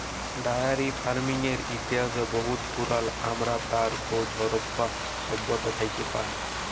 dairy ফারমিংয়ের ইতিহাস বহুত পুরাল আমরা তার খোঁজ হরপ্পা সভ্যতা থ্যাকে পায়